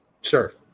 Sure